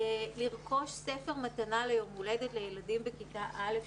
לרכוש ספר מתנה ליום הולדת לילדים בכיתה א'